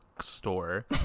store